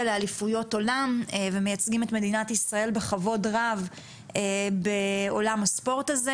לאליפויות עולם ומייצגים את מדינת ישראל בכבוד רב בעולם הספורט הזה